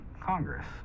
Congress